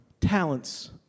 talents